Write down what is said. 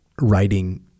writing